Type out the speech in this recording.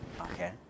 Okay